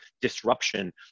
disruption